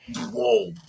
Whoa